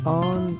on